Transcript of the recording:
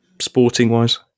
sporting-wise